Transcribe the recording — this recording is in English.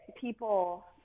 people